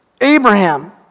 Abraham